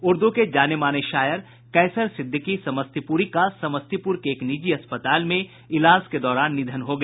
उर्दू के जाने माने शायर कैसर सिद्दिकी समस्तीपुरी का समस्तीपुर के एक निजी अस्पताल में इलाज के दौरान निधन हो गया